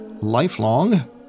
lifelong